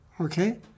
okay